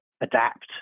adapt